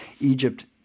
Egypt